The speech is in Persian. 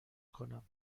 کنم